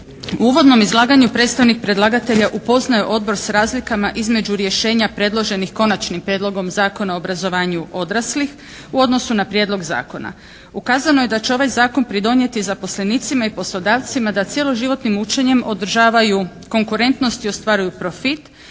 U uvodnom izlaganju predstavnik predlagatelja upoznaje Odbor s razlikama između rješenja predloženih Konačnim prijedlogom Zakona o obrazovanju odraslih u odnosu na Prijedlog zakona. Ukazano je da će ovaj Zakon pridonijeti zaposlenicima i poslodavcima da cjeloživotnim učenjem održavaju konkurentnost i ostvaruju profit,